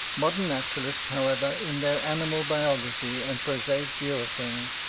modern naturalists, however, in their animal biography and prosaic view of things,